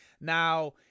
Now